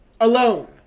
alone